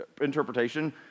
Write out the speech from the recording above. interpretation